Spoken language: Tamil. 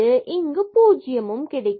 இங்கு 0 கிடைக்கிறது